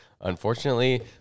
unfortunately